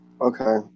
okay